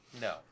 No